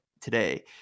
today